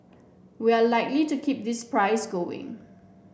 we are likely to keep this price going